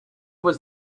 was